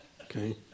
okay